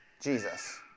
Jesus